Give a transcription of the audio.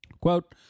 Quote